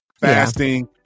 fasting